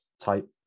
type